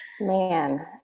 Man